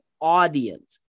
audience